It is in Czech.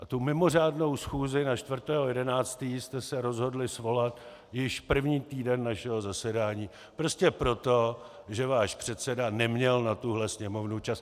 A tu mimořádnou schůzi na 4. 11. jste se rozhodli svolat již první týden našeho zasedání prostě proto, že váš předseda neměl na tuto Sněmovnu čas.